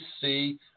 see